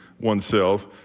oneself